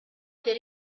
per